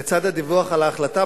לצד הדיווח על ההחלטה,